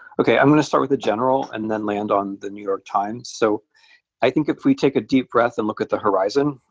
okay, i'm going to start with a general and then land on the new york times. so i think if we take a deep breath and look at the horizon,